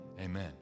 amen